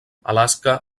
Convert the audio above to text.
alaska